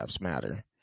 Matter